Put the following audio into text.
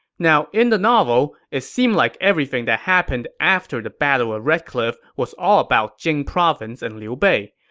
now, in the novel, it seemed like everything that happened after the battle of red cliff was all about jing province and liu bei.